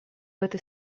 этой